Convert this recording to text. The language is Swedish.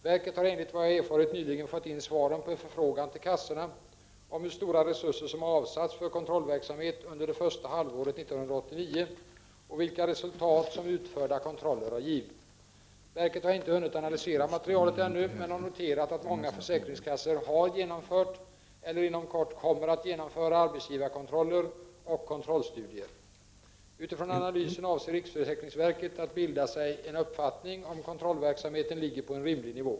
Verket har enligt vad jag erfarit nyligen fått in svaren på en förfrågan till kassorna om hur stora resurser som har avsatts för kontrollverksamhet under det första halvåret 1989 och vilka resultat som utförda kontroller har givit. Verket har inte hunnit analysera materialet ännu men har noterat att många försäkringskassor har genomfört eller inom kort kommer att genomföra arbetsgivarkontroller och kontrollstudier. Utifrån analysen avser riksförsäkringsverket att bilda sig en uppfattning i frågan, om kontrollverksamheten ligger på en rimlig nivå.